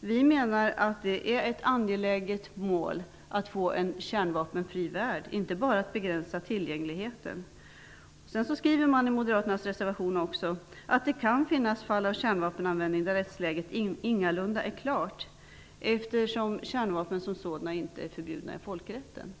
Vi menar att det är ett angeläget mål att få en kärnvapenfri värld, inte bara att begränsa tillgängligheten. Moderaterna skriver i sin reservation också "att det kan finnas fall av kärnvapenanvändning där rättsläget ingalunda är klart eftersom kärnvapen som sådana inte är förbjudna i folkrätten".